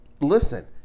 listen